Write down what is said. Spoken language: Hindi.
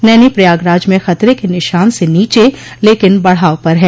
नैनी प्रयागराज में खतरे के निशान से नीचे लेकिन बढ़ाव पर है